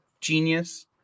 genius